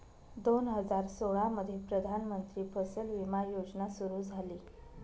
दोन हजार सोळामध्ये प्रधानमंत्री फसल विमा योजना सुरू झाली